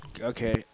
okay